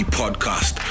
podcast